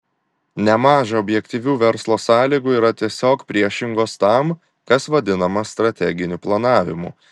nemaža objektyvių verslo sąlygų yra tiesiog priešingos tam kas vadinama strateginiu planavimu